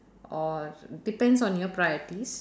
or depends on your priorities